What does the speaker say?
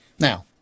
Now